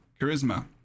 Charisma